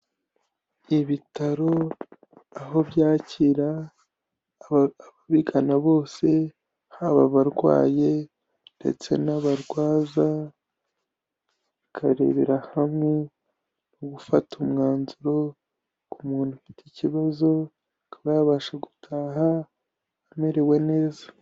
Ibitaro aho byakira ababigana bose, haba abarwayi ndetse n'abarwaza, bakarebera hamwe mu gufata umwanzuro ku muntu ufite ikibazo, akaba yabasha gutaha amerewe neza.